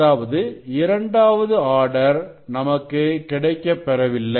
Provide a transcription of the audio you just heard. அதாவது இரண்டாவது ஆர்டர் நமக்கு கிடைக்கப் பெறவில்லை